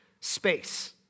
space